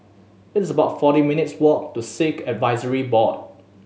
it's about forty minutes' walk to Sikh Advisory Board